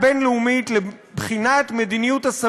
אנחנו לא מפחדים מאף אחד,